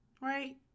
right